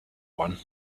one